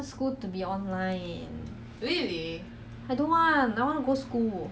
it's like okay maybe if you go friend's house maybe still okay but then like